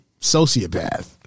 sociopath